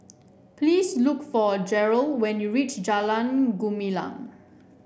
please look for Jerrold when you reach Jalan Gumilang